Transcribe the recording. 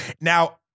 now